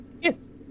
Yes